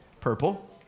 Purple